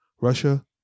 Russia